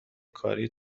کاری